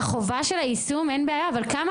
החובה של היישום אין בעיה, אבל כמה